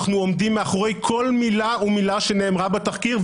אנחנו עומדים מאחורי כל מילה ומילה שנאמרה בתחקיר,